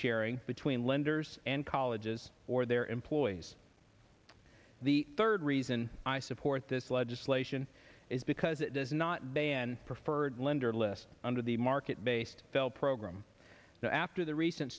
sharing between lenders and colleges or their employees the third reason i support this legislation is because it does not ban preferred lender list under the market based sell program so after the recent